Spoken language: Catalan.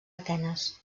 atenes